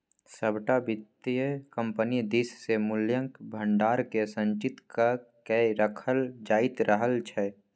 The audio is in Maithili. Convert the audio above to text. सभटा वित्तीय कम्पनी दिससँ मूल्यक भंडारकेँ संचित क कए राखल जाइत रहल छै